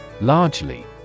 Largely